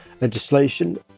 legislation